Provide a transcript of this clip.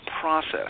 process